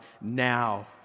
now